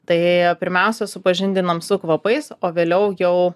tai pirmiausia supažindinam su kvapais o vėliau jau